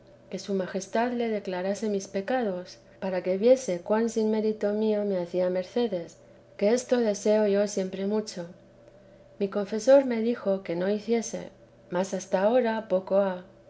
que su majestad le declarase mis pecados para que viese cuan sin mérito mío teresa de j me hacía mercedes que esto deseo yo siempre mu h mi confesor me dijo que no lo hiciese mas hasta ahí poco ha